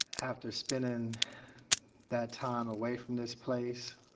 after spending that time away from this place,